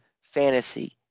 fantasy